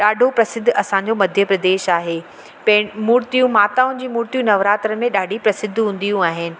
ॾाढो प्रसिद्ध असांजो मध्य प्रदेश आहे पेन मूर्तियूं माताउनि जी मूर्तियूं नवरात्रे में ॾाढी प्रसिद्ध हूंदियूं आहिनि